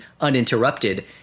uninterrupted